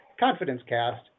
confidencecast